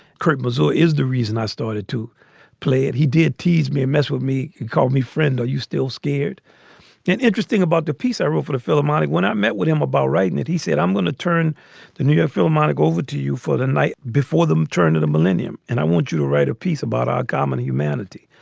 kurt mazola is the reason i started to play it. he did tease me a mess with me. he called me friend. are you still scared? and interesting about the piece i wrote for the philharmonic when i met with him about writing and it. he said, i'm going to turn the new york philharmonic over to you for the night before them turn to the millennium. and i want you to write a piece about our common humanity.